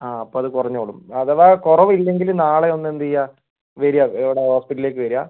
ആ അപ്പോൾ അത് കുറഞ്ഞോളും അഥവാ കുറവ് ഇല്ലെങ്കിൽ നാളെ ഒന്ന് എന്ത് ചെയ്യുക വരിക എവിടെ ഹോസ്പിറ്റലിലേക്ക് വരിക